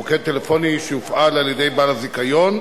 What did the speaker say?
מוקד טלפוני שיופעל על-ידי בעל הזיכיון.